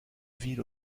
villes